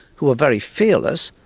who are very fearless,